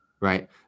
right